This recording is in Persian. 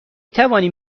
توانیم